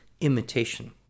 imitation